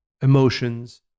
emotions